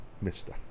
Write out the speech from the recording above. mister